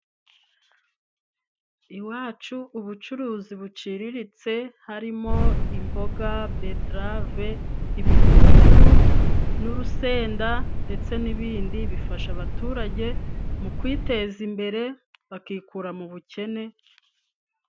Iwacu ubucuruzi buciriritse harimo imboga, beterave, ibitunguru n'urusenda ndetse n'ibindi bifasha abaturage mu kwiteza imbere bakikura mu bukene.